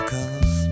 Cause